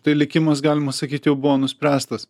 tai likimas galima sakyt jau buvo nuspręstas